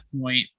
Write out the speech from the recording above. point